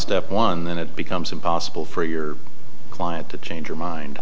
step one then it becomes impossible for your client to change your mind